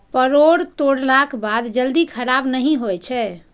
परोर तोड़लाक बाद जल्दी खराब नहि होइ छै